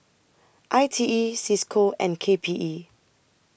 I T E CISCO and K P E